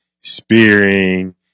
spearing